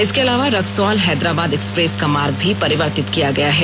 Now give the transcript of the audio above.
इसके अलावा रक्सौल हैदराबाद एक्सप्रेस का मार्ग भी परिवर्तित किया गया है